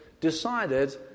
decided